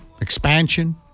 expansion